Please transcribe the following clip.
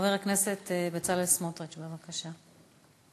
חבר הכנסת בצלאל סמוטריץ, בבקשה.